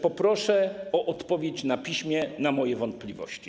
Poproszę o odpowiedź na piśmie na moje wątpliwości.